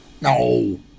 No